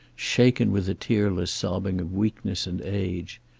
shaken with the tearless sobbing of weakness and age.